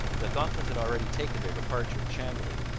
the algonquins had already taken their departure at chambly,